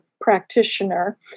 practitioner